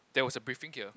there was a briefing here